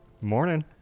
Morning